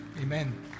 Amen